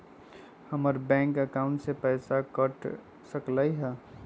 हमर bank account से पैसा कट सकलइ ह?